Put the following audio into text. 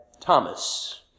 Thomas